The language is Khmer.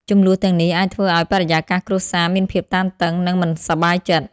ជម្លោះទាំងនេះអាចធ្វើឲ្យបរិយាកាសគ្រួសារមានភាពតានតឹង និងមិនសប្បាយចិត្ត។